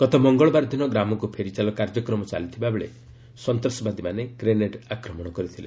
ଗତ ମଙ୍ଗଳବାର ଦିନ 'ଗ୍ରାମକୁ ଫେରିଚାଲ' କାର୍ଯ୍ୟକ୍ରମ ଚାଲିଥିବା ବେଳେ ସନ୍ତାସବାଦୀମାନେ ଗ୍ରେନେଡ୍ ଆକ୍ରମଣ କରିଥିଲେ